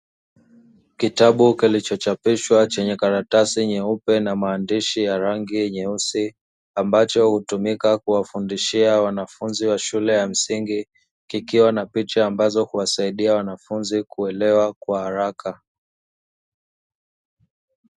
Kitabu kilichochapishwa chenye karatasi nyeupe na maandishi ya rangi nyeusi, ambacho hutumika kuwafundishia wanafunzi wa shule ya msingi kikiwa na picha ambazo huwasaidia wanafunzi kuelewa kwa haraka.